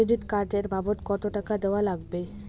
Credit card এর বাবদ কতো টাকা দেওয়া লাগবে?